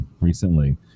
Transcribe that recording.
recently